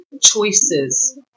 choices